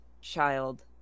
child